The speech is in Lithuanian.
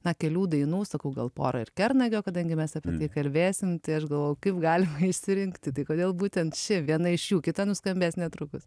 na kelių dainų sakau gal porą ir kernagio kadangi mes apie tai kalbėsim tai aš galvoju kaip gali išsirinkti tai kodėl būtent viena iš jų kita nuskambės netrukus